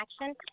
action